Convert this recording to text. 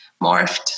morphed